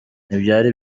ntibyari